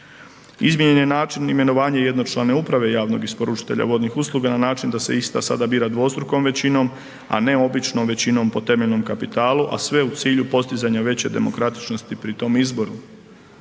Izmijenjen je način imenovanje jednočlane uprave javnog isporučitelja vodnih usluga na način da se ista sada bira dvostrukom većinom a ne običnom većinom po temeljnom kapitalu a sve u cilju postizanja veće demokratičnosti pri tom izboru.